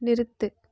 நிறுத்து